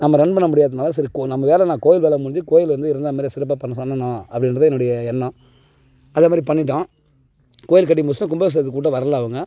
நம்ம ரன் பண்ண முடியாதுனால சரி நம்ம வேலை என்ன கோயில் வேலை முடிஞ்சு கோயில் வந்து இருந்தாமாதிரியே சிறப்பாக பண்ண சொல்லணும் அப்படின்றது என்னோடைய எண்ணம் அதேமாரி பண்ணிவிட்டோம் கோயில் கட்டி முடிச்சிவிட்டோம் கும்பாபிஷேகத்துக்கு கூப்பிட்டோம் வரலை அவங்க